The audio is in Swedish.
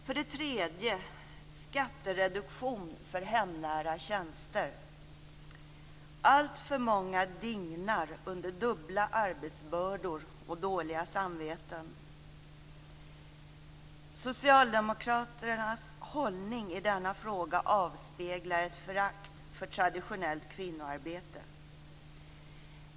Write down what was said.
För det tredje gäller det skattereduktion för hemnära tjänster. Alltför många dignar under dubbla arbetsbördor och dåliga samveten. Socialdemokraternas hållning i denna fråga avspeglar ett förakt för traditionellt kvinnoarbete.